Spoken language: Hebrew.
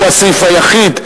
שהוא הסעיף היחיד,